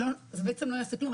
זה בעצם לא יעשה כלום,